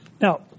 Now